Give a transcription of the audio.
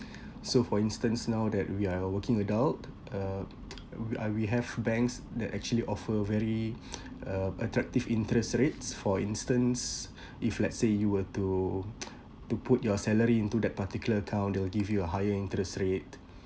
so for instance now that we are working adult uh uh we have banks that actually offer very uh attractive interest rates for instance if let's say you were to to put your salary into that particular account they'll give you a higher interest rate